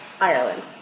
Ireland